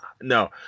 no